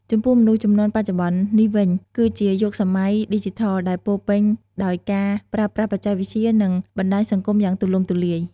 ចំពោះមនុស្សជំនាន់បច្ចុប្បន្ននេះវិញ គឺជាយុគសម័យឌីជីថលដែលពោរពេញដោយការប្រើប្រាស់បច្ចេកវិទ្យា និងបណ្ដាញសង្គមយ៉ាងទូលំទូលាយ។